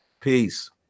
Peace